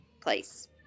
place